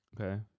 okay